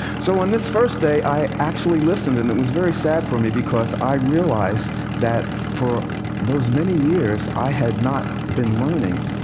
so on this first day i actually listened. and it was very sad for me, because i realized that for those many years i had not been learning.